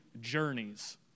journeys